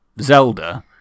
Zelda